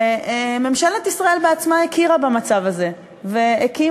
ממשלת ישראל בעצמה הכירה במצב הזה והקימה,